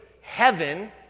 heaven